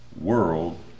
world